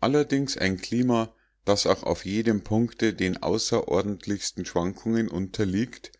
allerdings ein klima das auch auf jedem punkte den außerordentlichsten schwankungen unterliegt